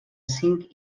cinc